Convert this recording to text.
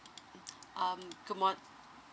mm um good morning